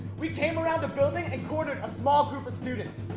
we came around the building and cornered a small group of students.